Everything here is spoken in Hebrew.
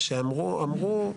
אמרו: